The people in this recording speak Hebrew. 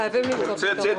חייבים למצוא פתרון.